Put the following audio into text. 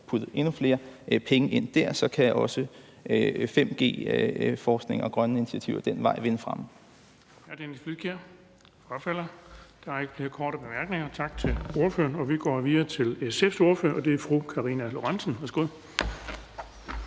puttet endnu flere penge ind dér, kan også 5G-forskning og grønne initiativer ad den vej vinde fremme.